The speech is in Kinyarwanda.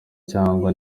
cyangwa